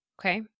Okay